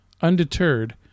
Undeterred